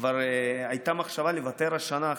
כבר הייתה מחשבה לוותר השנה,